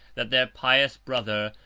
that their pious brother,